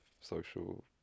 social